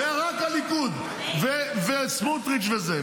ורק הליכוד וסמוטריץ' וזה.